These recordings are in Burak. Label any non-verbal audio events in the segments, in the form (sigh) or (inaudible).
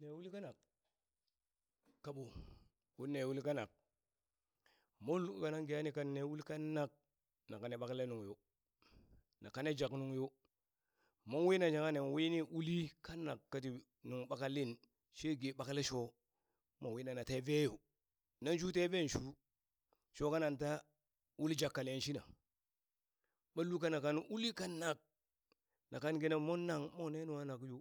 Ne uli kanak, kaɓo ɓon ne uli kanak, mon lul kana kane ne uli kanak, na kane ne ɓakle nuŋ yo, na kane jak nung yo, mon wina shangha nan wini uli kanak, kati nung ɓaka lin she ge ɓakle sho mo wi na na teve yo nan shu teven shu sho (noise) kanan taa uli jak kane shina, ɓa lul kana kan kina uli kanak na kan kina mon nang moa ne nung kanak yo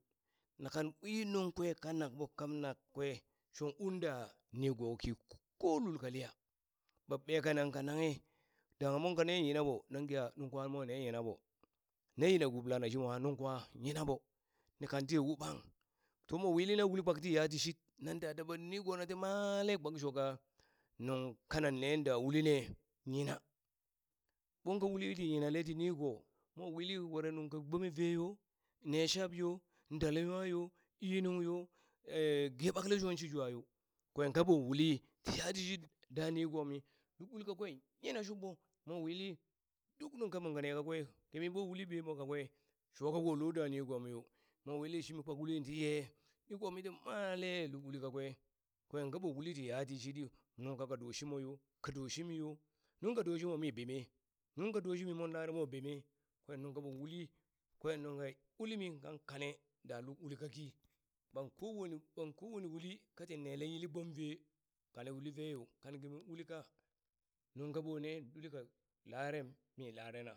nakan ɓwi nuŋ kwe kanakɓo kanak kwe shong un da nigoki ko lul kaliya, ɓa ɓeka nanka nanghe dangha monka neen yina ɓo nan geha nuŋ kwa mwa ne yinaɓo, ne yina gub lana shimo nuŋ kwa yina ɓo, ni kan tiye u bang to mo wili na uli kpak ti yati shit, nan daba nigona ti male kpang shoka nuŋ kanan neen da ulinee yina, ɓon ka uli ti yinale ti nigo mowi were nungka gbome vee yo ne shabyo dale nwa yo ii nung yo (hesitation) ge ɓakle sho she jwayo, kwen kaɓo uli ti (noise) yatishit da nigomi luk uli kakwe nyina shuɓɓo mo wili duk nuŋ ka monka ne kakwe, kimi ɓo uli ɓiye mo kakwe shoko loda nigomiyo, mo wili shimo kpak ulin ti yee, nigomi ti male luk uli kakwe kwen kaɓo uli ti yati shiɗɗi, nungka ka do shimo yo ka do shimi yo, nungka do shimo mi beme nungka do shimi mon lare moo beme kwen nuŋ kaɓo uli, kwen nungka ulimi kan kane da luk uli kaki kpang kowene kpang kowanne uli katin nele yilli gbomve, kane uli vee yo kan kimi ulinka nungka ɓo ne luli ka larem mi larena,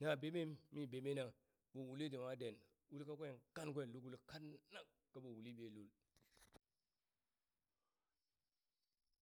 na bemem mi bemena ɓo uliti nwa den uli kankwe kan kwe luk uli kanak kaɓo uli ɓiye lul. (noise)